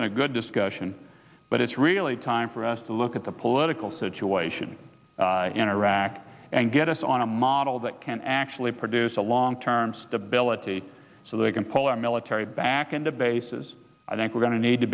then a good discussion but it's really time for us to look at the political situation in iraq and get us on a model that can actually produce a long term stability so they can pull our military back into bases i think we're going to need to